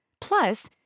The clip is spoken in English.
Plus